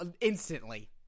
instantly